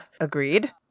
Agreed